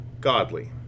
Godly